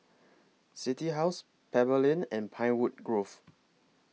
City House Pebble Lane and Pinewood Grove